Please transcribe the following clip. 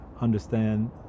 understand